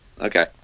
Okay